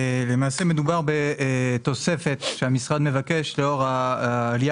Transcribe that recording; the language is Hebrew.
מדובר בתוספת שהמשרד מבקש לאור עלייה